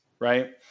Right